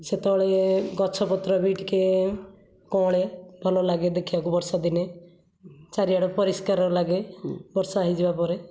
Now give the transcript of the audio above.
ସେତେବେଳେ ଗଛପତ୍ର ବି ଟିକିଏ କଅଁଳେ ଭଲଲାଗେ ଦେଖିବାକୁ ବର୍ଷାଦିନେ ଚାରିଆଡ଼େ ପରିଷ୍କାର ଲାଗେ ବର୍ଷା ହେଇଯିବା ପରେ